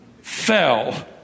fell